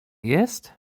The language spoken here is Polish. jest